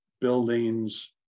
buildings